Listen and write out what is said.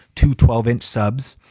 two twelve inch subs,